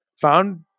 found